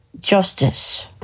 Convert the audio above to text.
justice